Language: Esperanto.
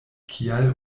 kial